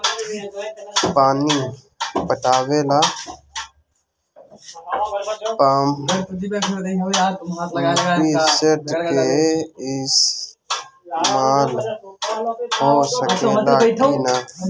पानी पटावे ल पामपी सेट के ईसतमाल हो सकेला कि ना?